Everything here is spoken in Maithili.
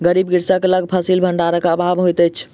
गरीब कृषक लग फसिल भंडारक अभाव होइत अछि